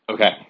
Okay